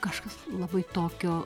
kažkas labai tokio